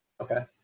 Okay